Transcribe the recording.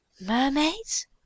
Mermaids